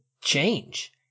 change